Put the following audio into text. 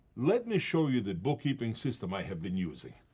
let me show you the bookkeeping system i have been using.